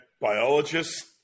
biologists